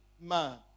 man